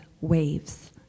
waves